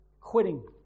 quitting